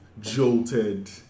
jolted